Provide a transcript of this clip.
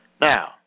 Now